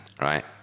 Right